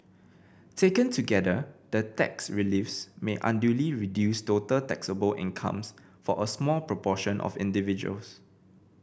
taken together the tax reliefs may unduly reduce total taxable incomes for a small proportion of individuals